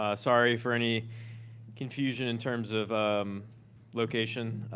ah sorry for any confusion in terms of location.